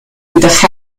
with